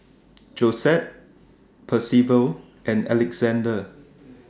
Josette Percival and Alexander